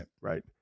Right